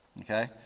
okay